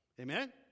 Amen